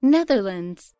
Netherlands